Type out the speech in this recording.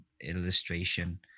illustration